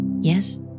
yes